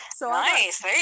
Nice